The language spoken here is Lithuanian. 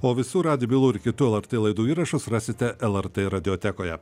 o visų radi bylų ir kitų lrt laidų įrašus rasite lrt radiotekoje